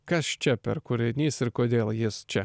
kas čia per kūrinys ir kodėl jis čia